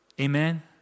Amen